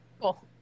Cool